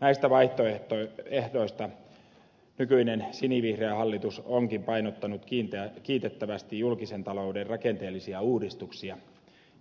näistä vaihtoehdoista nykyinen sinivihreä hallitus onkin painottanut kiitettävästi julkisen talouden rakenteellisia uudistuksia